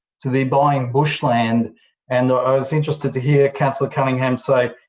to be buying bushland and i was interested to hear councillor cunningham say,